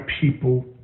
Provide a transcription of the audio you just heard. people